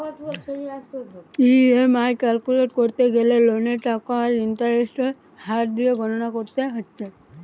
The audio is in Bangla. ই.এম.আই ক্যালকুলেট কোরতে গ্যালে লোনের টাকা আর ইন্টারেস্টের হার দিয়ে গণনা কোরতে হচ্ছে